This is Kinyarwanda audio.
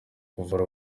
kuvura